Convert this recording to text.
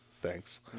Thanks